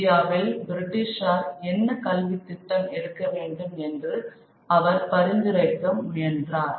இந்தியாவில் பிரிட்டிஷார் என்ன கல்வித்திட்டம் எடுக்க வேண்டும் என்று அவர் பரிந்துரைக்க முயன்றார்